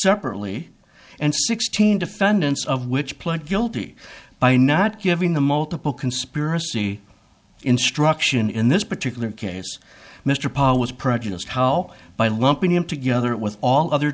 separately and sixteen defendants of which pled guilty by not giving the multiple conspiracy instruction in this particular case mr paul was prejudiced how by lumping them together with all other